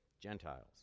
Gentiles